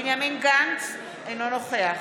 בנימין גנץ, אינו נוכח